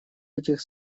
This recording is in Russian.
этих